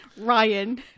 Ryan